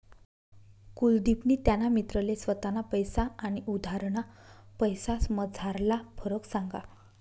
कुलदिपनी त्याना मित्रले स्वताना पैसा आनी उधारना पैसासमझारला फरक सांगा